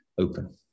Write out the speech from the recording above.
open